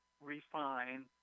refine